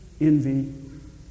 envy